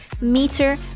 meter